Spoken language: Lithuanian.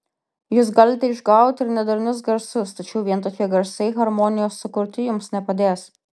jūs galite išgauti ir nedarnius garsus tačiau vien tokie garsai harmonijos sukurti jums nepadės